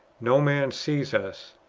no man sees us,